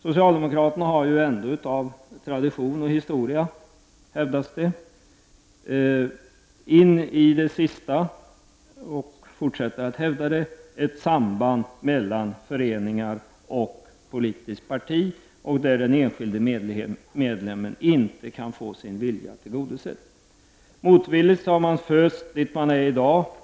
Socialdemokraterna har ju ändå av tradition och historia hävdat in i det sista ett samband mellan föreningar och politiskt parti, där den enskilde medlemmen inte kan få sin vilja tillgodosedd. Motvilligt har man fösts dit där man är i dag.